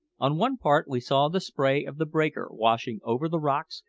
on one part we saw the spray of the breaker washing over the rocks,